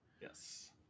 Yes